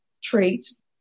traits